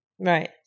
Right